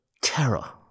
terror